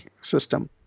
system